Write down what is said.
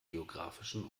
geografischen